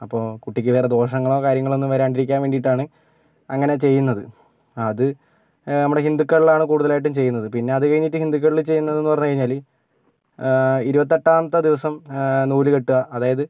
അപ്പോൾ കുട്ടിക്ക് വേറെ ദോഷങ്ങളോ കാര്യങ്ങളോന്നും വരാണ്ടിരിക്കാൻ വേണ്ടിയിട്ടാണ് അങ്ങനെ ചെയ്യുന്നത് അത് നമ്മുടെ ഹിന്ദുക്കളിലാണ് കൂടുതലായിട്ടും ചെയ്യുന്നത് പിന്നെ അത് കഴിഞ്ഞിട്ട് ഹിന്ദുക്കളില് ചെയ്യുന്നത് എന്ന് പറഞ്ഞ് കഴിഞ്ഞാല് ഇരുപത്തെട്ടാമത്തെ ദിവസം നൂല് കെട്ടുക അതായത്